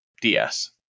DS